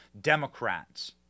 Democrats